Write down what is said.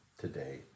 today